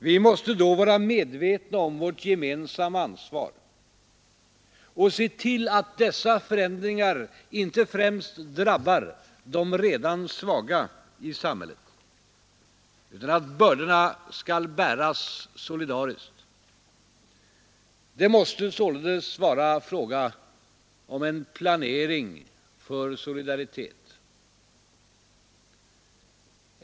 Vi måste då vara medvetna om vårt gemensamma ansvar att se till att dessa förändringar inte främst drabbar de redan svaga i samhället, utan att bördorna skall bäras solidariskt. Det måste således vara fråga om en planering för solidaritet.